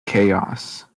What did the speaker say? chaos